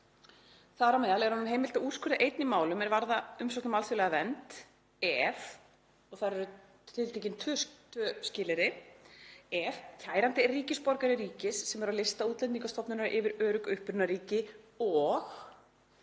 Þar á meðal er honum heimilt að úrskurða einn í málum er varða umsókn um alþjóðlega vernd ef, og þar eru tiltekin tvö skilyrði, kærandi er ríkisborgari ríkis sem er á lista Útlendingastofnunar yfir örugg upprunaríki og